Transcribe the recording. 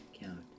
count